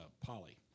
Polly